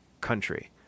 country